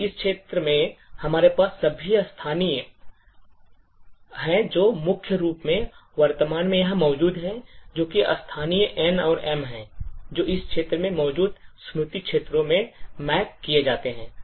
अब इस क्षेत्र में हमारे पास सभी स्थानीय हैं जो मुख्य रूप से वर्तमान में यहां मौजूद हैं जो कि स्थानीय N और M हैं जो इस क्षेत्र में मौजूद स्मृति क्षेत्रों में मैप किए जाते हैं